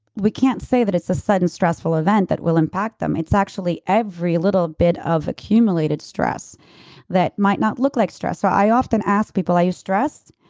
we can't say that it's a sudden stressful event that will impact them. it's actually every little bit of accumulated stress that might not look like stress so i often ask people, are you stressed?